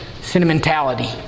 sentimentality